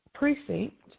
precinct